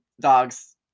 dogs